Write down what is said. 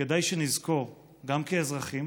כדאי שנזכור, גם כאזרחים,